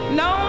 no